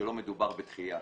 שלא מדובר בדחייה.